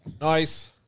Nice